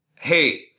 Hey